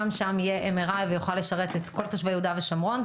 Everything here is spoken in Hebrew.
גם שם יהיה MRI שיוכל לשרת את כל תושבי יהודה ושומרון.